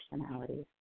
personalities